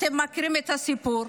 אתם מכירים את הסיפור.